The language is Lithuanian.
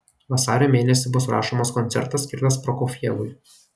vasario mėnesį bus rašomas koncertas skirtas prokofjevui